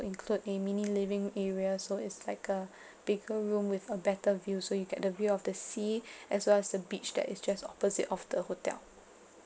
include a mini living area so it's like a bigger room with a better view so you get the view of the sea as well as the beach that is just opposite of the hotel